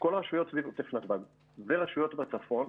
כל רשויות סביב עוטף נתב"ג ורשויות בצפון,